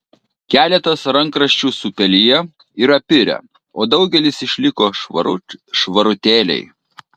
keletas rankraščių supeliję ir apirę o daugelis išliko švarut švarutėliai